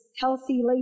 healthy